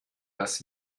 dass